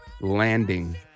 landing